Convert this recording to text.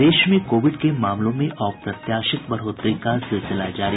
प्रदेश में कोविड के मामलों में अप्रत्याशित बढ़ोतरी का सिलसिला जारी